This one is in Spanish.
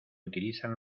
utilizan